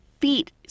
feet